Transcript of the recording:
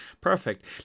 perfect